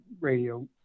radio